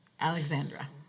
Alexandra